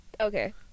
Okay